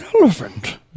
elephant